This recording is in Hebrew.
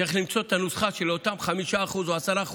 צריך למצוא את הנוסחה של אותם 5% או 10%